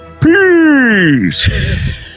Peace